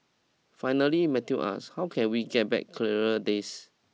finally Matthew asks how can we get back clearer days